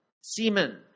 semen